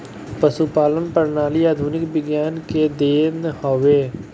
पशुपालन प्रणाली आधुनिक विज्ञान के देन हवे